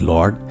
Lord